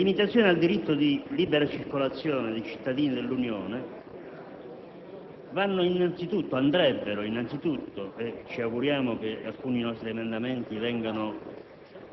mentre ci sembra che il fattore sicurezza sempre più vada assumendo caratteri assorbenti e prevalenti.